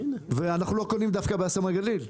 ואנחנו לא קונים דווקא באסם הגליל.